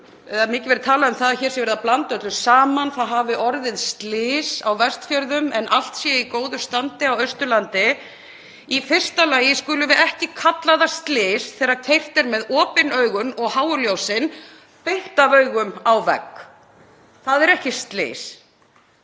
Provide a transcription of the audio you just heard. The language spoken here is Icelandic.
mikið verið talað um að hér sé verið að blanda öllu saman, það hafi orðið slys á Vestfjörðum en allt sé í góðu standi á Austurlandi. Í fyrsta lagi skulum við ekki kalla það slys þegar keyrt er með opin augun og háu ljósin beint af augum á vegg. Það er ekki slys.